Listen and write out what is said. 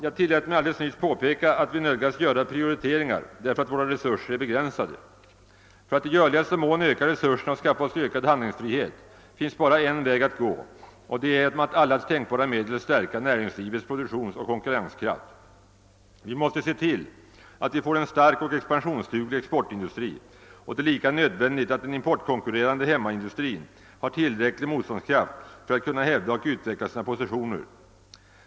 Jag tillät mig alldeles nyss påpeka, att vi nödgas göra prioriteringar därför att våra resurser är begränsade. För att i görligaste mån öka resurserna och skaffa oss ökad handlingsfrihet finns bara en väg att gå, och det är att med alla tänkbara medel stärka näringslivets produktionsoch konkurrenskraft. Vi måste se till att vi får en stark och expansionsduglig exportindustri, och det är lika nödvändigt att den importkonkurrerande hemmaindustrin har tillräcklig motståndskraft för att kunna hävda och utveckla sina positioner.